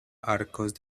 arcos